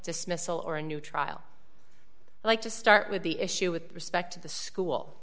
dismissal or a new trial like to start with the issue with respect to the school